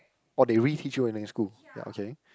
or they reteach you when you're in school ya okay